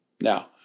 Now